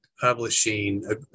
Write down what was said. publishing